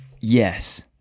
yes